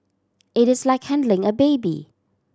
it is like handling a baby